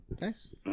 Nice